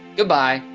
goodbye.